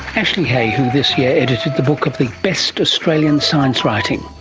ashley hay, who this year edited the book of the best australian science writing,